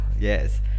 yes